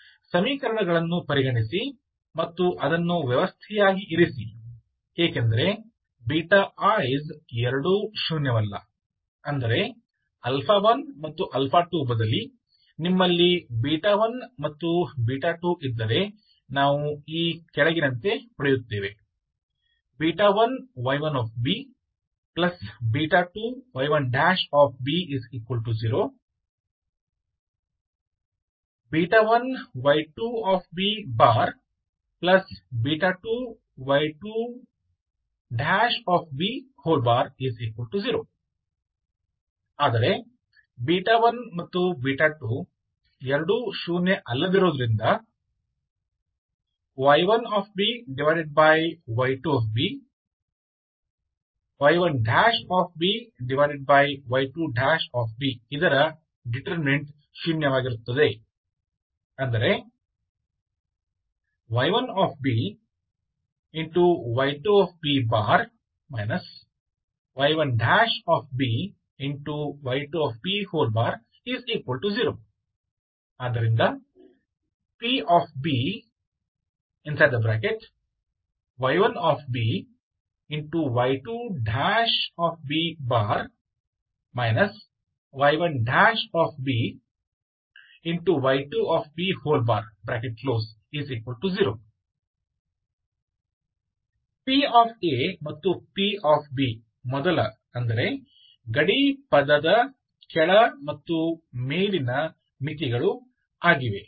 ಸಮೀಕರಣಗಳನ್ನು ಪರಿಗಣಿಸಿ ಮತ್ತು ಅದನ್ನು ವ್ಯವಸ್ಥೆಯಾಗಿ ಇರಿಸಿ ಏಕೆಂದರೆ is ಎರಡೂ ಶೂನ್ಯವಲ್ಲ ಅಂದರೆ 1 ಮತ್ತು 2 ಬದಲು ನಿಮ್ಮಲ್ಲಿ 1 ಮತ್ತು 2 ಇದ್ದರೆ ನಾವು ಈ ಕೆಳಗಿನಂತೆ ಪಡೆಯುತ್ತೇವೆ 1y1b 2y1 b0 1y2 b 2y2 b0 ಇರೋದ್ರಿಂದ y1 by2 b y1 by2 b0 pby1 by2 b y1 by2 b0 pa ಮತ್ತು pb ಮೊದಲ ಅಂದರೆ ಗಡಿ ಪದದ ಕೆಳ ಮತ್ತು ಮೇಲಿನ ಮಿತಿಗಳು ಆಗಿವೆ